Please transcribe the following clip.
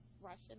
Russian